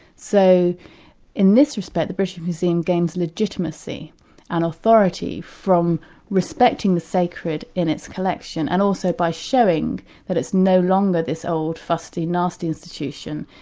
in this respect the british museum gains legitimacy and authority from respecting the sacred in its collection and also by showing that it's no longer this old fusty, nasty institution,